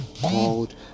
called